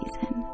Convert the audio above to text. season